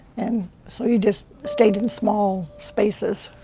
and so you just stayed in small spaces.